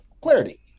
clarity